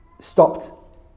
stopped